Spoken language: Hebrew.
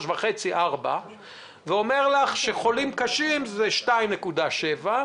חולים קשים זה 2.7%,